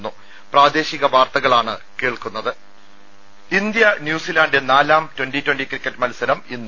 ദേദ India New Zealand നാലാം twenty twenty cricket മത്സരം ഇന്ന്